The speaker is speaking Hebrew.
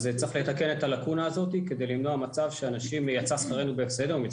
צריך לתקן את הלקונה הזאת כדי למנוע מצב שיצא שכרנו בהפסדנו כאשר